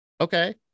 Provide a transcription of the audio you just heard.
Okay